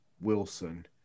Wilson